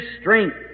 strength